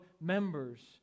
members